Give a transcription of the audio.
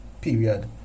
period